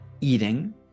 eating